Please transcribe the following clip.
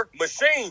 machine